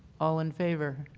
all in favor?